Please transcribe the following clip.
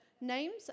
names